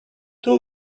two